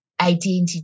identity